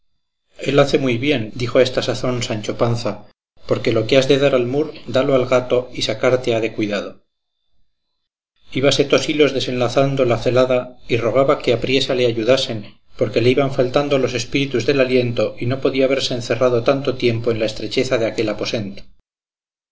tosilos él hace muy bien dijo a esta sazón sancho panza porque lo que has de dar al mur dalo al gato y sacarte ha de cuidado íbase tosilos desenlazando la celada y rogaba que apriesa le ayudasen porque le iban faltando los espíritus del aliento y no podía verse encerrado tanto tiempo en la estrecheza de aquel aposento